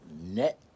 net